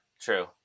true